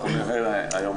אנחנו נראה היום.